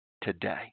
today